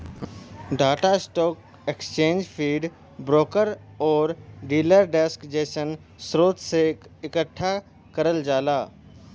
data stock exchange feed, broker आउर dealer desk जइसन स्रोत से एकठ्ठा करल जाला